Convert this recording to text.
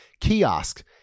kiosk